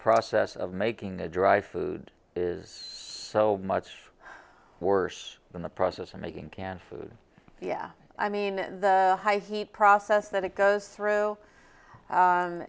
process of making a dry food is so much worse than the process of making canned food yeah i mean the high heat process that it goes through